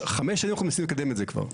5 שנים אנחנו מנסים לקדם את זה כבר.